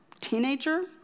teenager